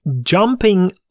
jumping